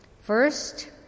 First